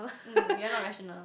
mm you're not rational